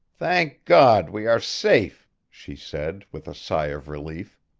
thank god, we are safe! she said, with a sigh of relief.